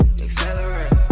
accelerate